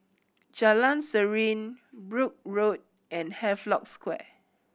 Jalan Serene Brooke Road and Havelock Square